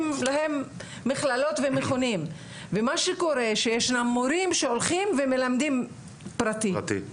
להם מכללות ומכונים ומה שקורה זה שישנם מורים והם מלמדים פרטי.